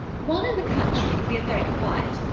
while in the country we are very quiet,